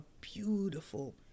beautiful